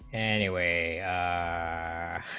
anyway are